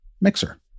mixer